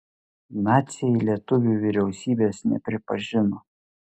naciai lietuvių vyriausybės nepripažino